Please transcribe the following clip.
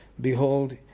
Behold